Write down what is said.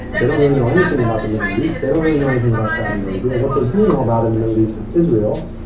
they don't really know anything about the middle east. they don't really know anything about saudi arabia. what they do know about in the middle east is israel.